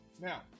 now